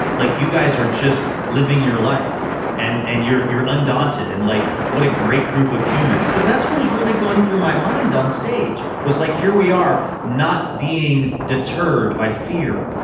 like you guys are just living your life and and you're undaunted and like, what a great group of humans, because that's what was really going through my mind on stage was like here we are not being deterred by fear.